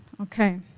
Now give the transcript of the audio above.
Okay